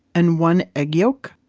and one egg yolk.